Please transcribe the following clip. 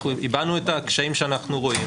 אנחנו הבענו את הקשיים שאנחנו רואים,